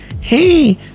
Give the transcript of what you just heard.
hey